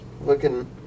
Looking